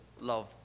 love